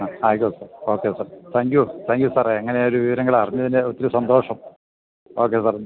ആ ആയിക്കോട്ടെ sir okay sir thank you thank you sir എങ്ങനെ ആയാലും ഈ വിവരങ്ങളറിഞ്ഞതിന് ഒത്തിരി സന്തോഷം ഓക്കെ സാർ